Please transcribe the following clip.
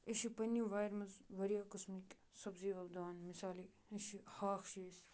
أسۍ چھِ پنٛنہِ وارِ منٛز واریاہو قٕسمٕکۍ سبزی وۄپداوان مِثالے أسۍ ہاکھ چھِ أسۍ